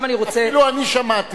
אני שאלתי